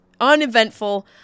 Uneventful